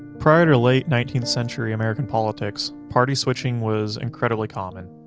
prior to late nineteenth century american politics party switching was incredibly common.